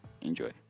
enjoy